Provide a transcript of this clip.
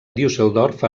düsseldorf